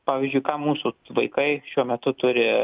pavyzdžiui ką mūsų vaikai šiuo metu turi